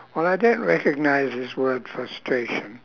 well I don't recognise this word frustration